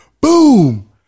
Boom